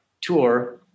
tour